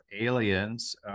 aliens